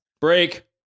Break